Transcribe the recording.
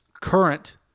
current